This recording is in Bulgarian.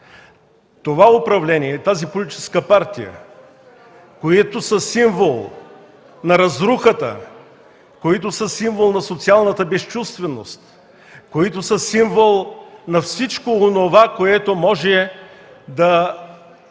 Това управление, тази политическа партия, които са символ на разрухата, които са символ на социалната безчувственост, които са символ на всичко онова, което докара